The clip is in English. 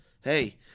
hey